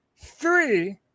Three